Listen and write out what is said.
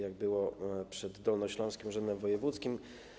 Tak było przed Dolnośląskim Urzędem Wojewódzkim.